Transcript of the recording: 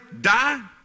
die